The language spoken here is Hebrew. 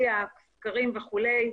--- סקרים וכולי,